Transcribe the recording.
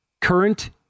Current